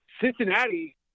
Cincinnati